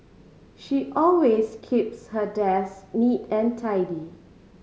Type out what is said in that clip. she always keeps her desk neat and tidy